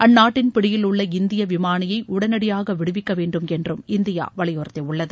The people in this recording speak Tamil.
அந்நாட்டின் பிடியிலுள்ள இந்திய விமானியை உடனடியாக விடுவிக்க வேண்டும என்று இந்தியா வலியுறுத்தியுள்ளது